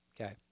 Okay